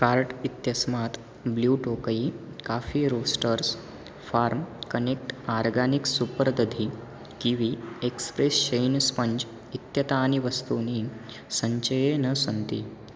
cart इत्यस्मात् blue Tokai coffee roasters farm connect organic super दधिः kiwi express shine sponge इत्येतानि वस्तूनि सञ्चये न सन्ति